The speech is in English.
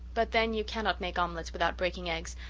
but then you cannot make omelets without breaking eggs,